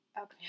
Okay